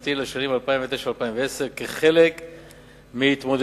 דו-שנתי לשנים 2009 2010 כחלק מהתמודדות